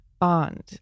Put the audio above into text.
bond